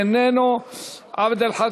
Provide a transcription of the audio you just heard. אינו נוכח,